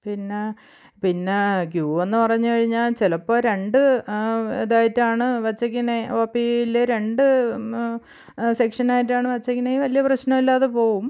പിന്നെ പിന്നെ ക്യൂവെന്ന് പറഞ്ഞു കഴിഞ്ഞാൽ ചിലപ്പോൾ രണ്ട് ഇതായിട്ടാണ് വച്ചേക്കുന്നത് ഓപിയിൽ രണ്ട് സെക്ഷനായിട്ടാണ് വച്ചേക്കുന്നതെങ്കിൽ വലിയ പ്രശ്നമില്ലാതെ പോവും